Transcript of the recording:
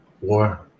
war